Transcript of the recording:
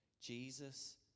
Jesus